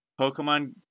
Pokemon